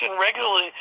regularly